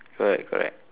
correct correct